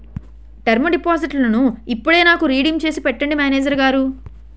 term డిపాజిట్టును ఇప్పుడే నాకు రిడీమ్ చేసి పెట్టండి మేనేజరు గారు